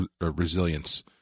resilience